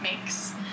makes